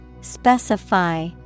Specify